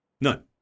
None